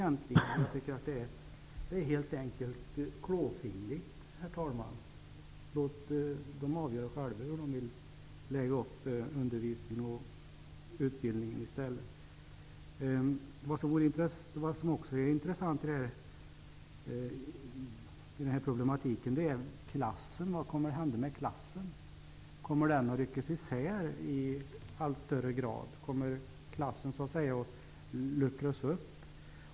Det är helt enkelt klåfingrigt, herr talman. Låt dem i stället avgöra själva hur de vill lägga upp undervisningen och utbildningen. En annan intressant fråga i det här sammanhanget är vad som kommer att hända med klassen. Kommer klassen i allt högre grad att ryckas isär? Kommer klassen så att säga att luckras upp?